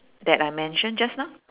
that I mention just now